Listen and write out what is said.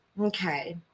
Okay